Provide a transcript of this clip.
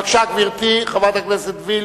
בבקשה, גברתי, חברת הכנסת וילף.